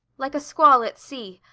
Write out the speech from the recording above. like a squall at sea.